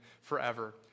forever